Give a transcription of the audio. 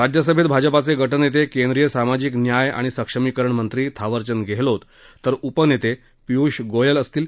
राज्यसभेत भाजपाचे गटनेते केंद्रीय सामाजिक न्याय आणि सक्षमीकरण मंत्री थावरचंद गेहलोत तर उपनेते पियूष गोयल असतील